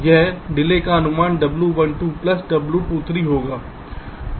यह डिले का अनुमान W12 प्लस W23 होगा